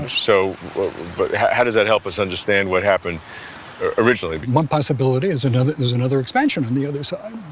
so but how does that help us understand what happened originally? one possibility is another is another expansion on the other side.